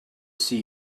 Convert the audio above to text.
see